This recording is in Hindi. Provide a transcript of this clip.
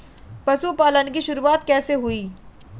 पशुपालन की शुरुआत कैसे हुई?